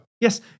Yes